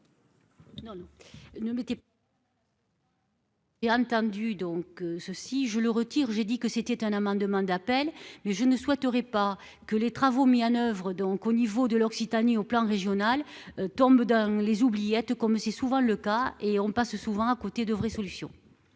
Non non ne mettez. Et entendu donc ceux-ci je le retire. J'ai dit que c'était un amendement d'appel mais je ne souhaiterais pas que les travaux mis en oeuvre donc au niveau de l'Occitanie au plan régional tombent dans les oubliettes, comme c'est souvent le cas et on passe souvent à côté de vraies solutions.